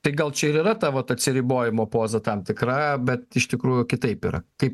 tai gal čia ir yra tavo atsiribojimo poza tam tikra bet iš tikrųjų kitaip ir kaip